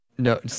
No